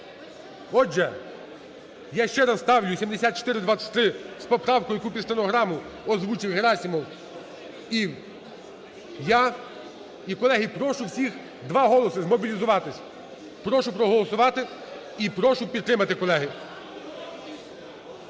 Отже, я ще раз ставлю 7423 з поправкою, яку під стенограму озвучив Герасимов і я. І, колеги, прошу всіх, два голоси, змобілізуватись. Прошу проголосувати і прошу підтримати, колеги.